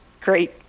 great